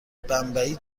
بمبئی